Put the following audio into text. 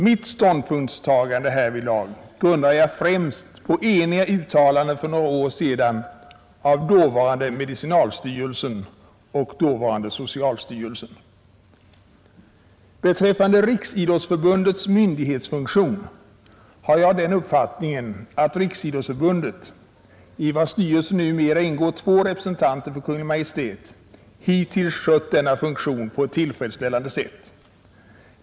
Mitt ståndpunktstagande härvidlag grundar jag främst på eniga uttalanden för några år sedan av dåvarande medicinalstyrelsen och dåvarande socialstyrelsen. Beträffande Riksidrottsförbundets myndighetsfunktion har jag den uppfattningen att Riksidrottsförbundet, i vars styrelse numera ingår två representanter för Kungl. Maj:t, hittills skött denna funktion på ett tillfredsställande sätt.